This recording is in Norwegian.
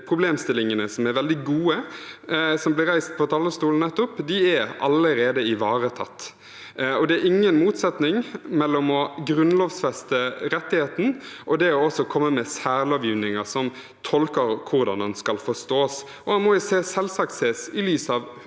problemstillingene – som er veldig gode, og som ble reist fra talerstolen nettopp – allerede ivaretatt. Det er ingen motsetning mellom å grunnlovfeste rettigheten og det å også komme med særlovgivninger som tolker hvordan den skal forstås, og den må selvsagt ses i lys av